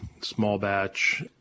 small-batch